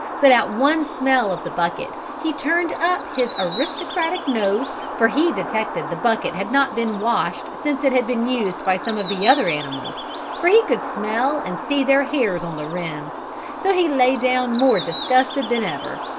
but at one smell of the bucket he turned up his aristocratic nose for he detected the bucket had not been washed since it had been used by some of the other animals for he could smell and see their hairs on the rim so he lay down more disgusted than ever.